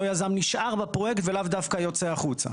יזם נשאר בפרויקט ולאו דווקא יוצא החוצה.